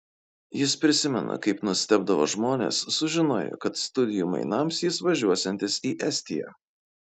jis prisimena kaip nustebdavo žmonės sužinoję kad studijų mainams jis važiuosiantis į estiją